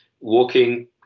Walking